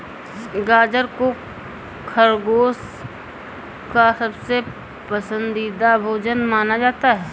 गाजर को खरगोश का सबसे पसन्दीदा भोजन माना जाता है